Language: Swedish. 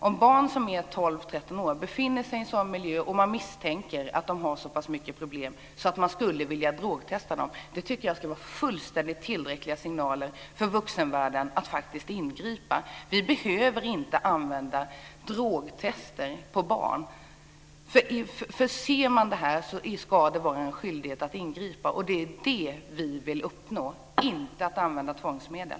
Om barn som är 12-13 år befinner sig i en sådan här miljö och man misstänker att de har så pass mycket problem att man skulle vilja drogtesta dem tycker jag att det skulle vara fullständigt tillräckliga signaler för vuxenvärlden att faktiskt ingripa. Vi behöver inte använda drogtest på barn. Ser man det här ska det vara en skyldighet att ingripa. Det är det som vi vill uppnå, inte att man ska använda tvångsmedel.